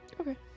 Okay